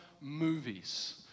movies